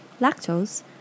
lactose